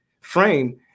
frame